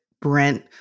Brent